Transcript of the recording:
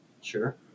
Sure